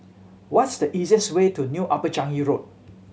what's the easiest way to New Upper Changi Road